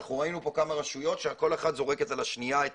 אנחנו ראינו פה כמה ראשויות שכל אחת זורקת על השנייה את